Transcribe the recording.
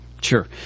Sure